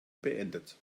beendet